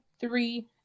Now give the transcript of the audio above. three